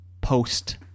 post